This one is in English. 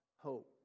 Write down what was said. hope